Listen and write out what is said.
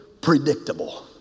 predictable